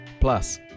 Plus